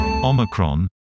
Omicron